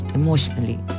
emotionally